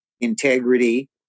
integrity